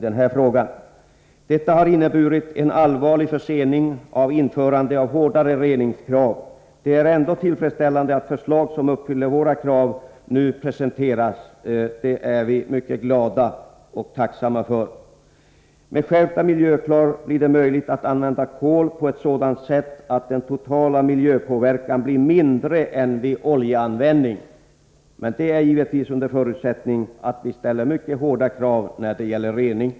Detta innebar emellertid en allvarlig försening av införande av hårdare reningskrav. Det är ändå tillfredsställande att förslag som uppfyller våra krav nu presenteras — det är vi mycket glada och tacksamma för. Med skärpta miljökrav blir det möjligt att använda kol på ett sådant sätt att den totala miljöpåverkan blir mindre än vid oljeanvändning. Men det är givetvis under förutsättning att vi ställer mycket hårda krav när det gäller rening.